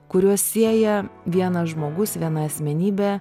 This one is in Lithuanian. kuriuos sieja vienas žmogus viena asmenybė